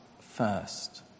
First